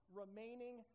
remaining